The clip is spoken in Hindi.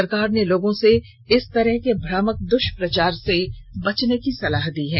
सरकार ने लोगों को इस तरह के भ्रामक द्वष्प्रचार से बचने की सलाह दी है